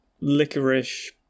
Licorice